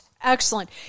Excellent